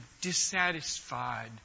dissatisfied